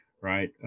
Right